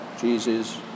Jesus